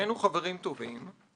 נהיינו חברים טובים,